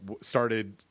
started